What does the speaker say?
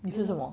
你吃什么